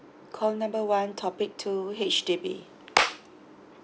call number one topic two H_D_B